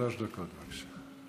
שלוש דקות, בבקשה.